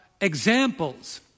examples